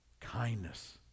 kindness